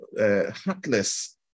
heartless